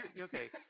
okay